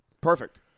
Perfect